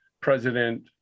President